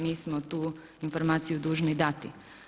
Mi smo tu informaciju dužni dati.